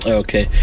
okay